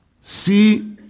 See